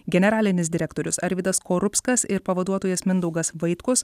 generalinis direktorius arvydas skorupskas ir pavaduotojas mindaugas vaitkus